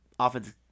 offense